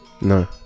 No